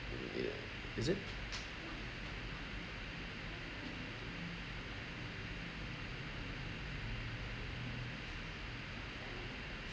err is it